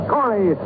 Corey